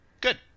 Good